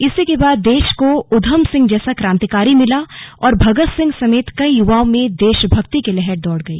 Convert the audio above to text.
इसी के बाद देश को ऊधम सिंह जैसा क्रांतिकारी मिला और भगत सिंह समेत कई युवाओं में देशभक्ति की लहर दौड़ गई